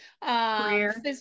career